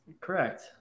Correct